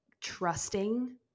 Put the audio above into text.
trusting